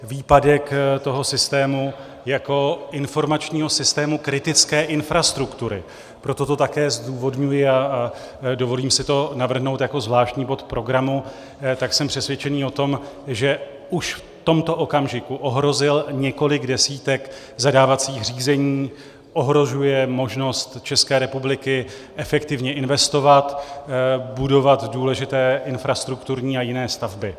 Výpadek toho systému jako informačního systému kritické infrastruktury, proto to také zdůvodňuji a dovolím si to navrhnout jako zvláštní bod programu, jsem přesvědčený o tom, že už v tomto okamžiku ohrozil několik desítek zadávacích řízení, ohrožuje možnost České republiky efektivně investovat, budovat důležité infrastrukturní a jiné stavby.